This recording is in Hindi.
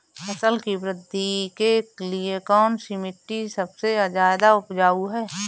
फसल की वृद्धि के लिए कौनसी मिट्टी सबसे ज्यादा उपजाऊ है?